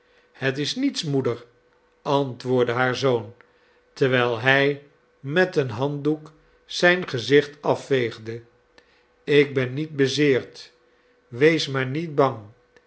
het is niets moeder antwoordde haar zoon terwijl hij met een handdoek zijn gezicht afveegde ik ben niet bezeerd wees maar niet bang